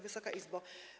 Wysoka Izbo!